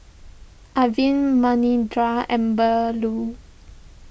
Arvind Manindra and Bellur